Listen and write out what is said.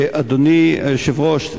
אדוני היושב-ראש,